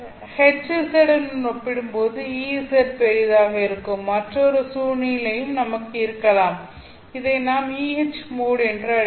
Hz உடன் ஒப்பிடும்போது Ez பெரிதாக இருக்கும் மற்றொரு சூழ்நிலையும் நமக்கு இருக்கலாம் இதை நாம் EH மோட் என்று அழைக்கிறோம்